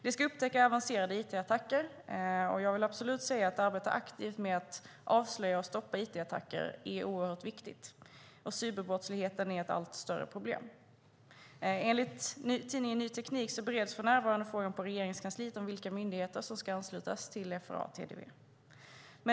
Det ska upptäcka avancerade it-attacker. Jag vill absolut säga att det är oerhört viktigt att arbeta aktivt med att avslöja och stoppa it-attacker, och cyberbrottsligheten är ett allt större problem. Enligt tidningen Ny Teknik bereds för närvarande frågan på Regeringskansliet vilka myndigheter som ska anslutas till FRA:s TDV.